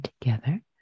together